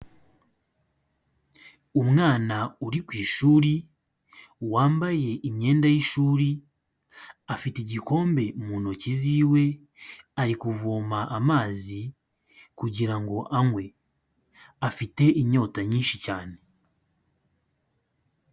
Umwana uri ku ishuri wambaye imyenda y'ishuri, afite igikombe mu ntoki ziwe ari kuvoma amazi kugira ngo anywe, afite inyota nyinshi cyane.